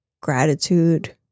gratitude